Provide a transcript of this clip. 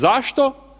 Zašto?